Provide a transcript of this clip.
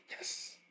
Yes